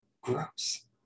Gross